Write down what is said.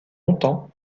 longtemps